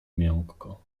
miękko